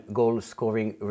goal-scoring